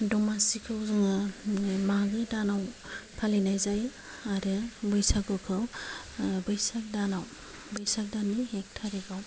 दमासिखौ जोङो मागो दानाव फालिनाय जायो आरो बैसागुखौ बैसाग दानाव बैसाग दाननि एक तारिकआव